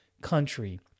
country